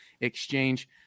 exchange